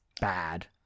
bad